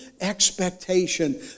expectation